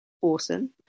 awesome